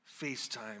FaceTime